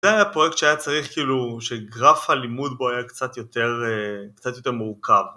זה היה פרויקט שהיה צריך, כאילו, שגרף הלימוד בו היה קצת יותר מורכב